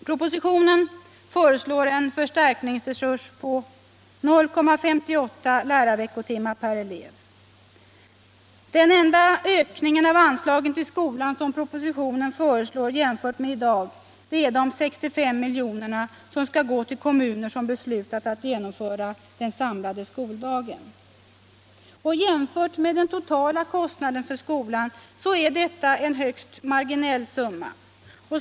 — Propositionen föreslår en förstärkningsresurs på 0,58 lärarveckotimmar = Skolans inre arbete per elev. Den enda ökning av anslagen till skolan som propositionen = Mm.m. föreslår jämfört med vad som gäller i dag är de 65 milj.kr. som går till de kommuner vilka beslutat att genomföra den samlade skoldagen. Jämfört med den totala kostnaden för skolan är detta en högst marginell summa.